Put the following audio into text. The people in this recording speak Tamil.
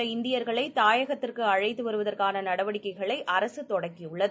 உள்ள இந்தியர்களைதாயகத்திற்கு அழைத்துவருவதற்கானநடவடிக்கைகளை அரசுதொடங்கிஉள்ளது